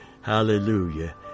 Hallelujah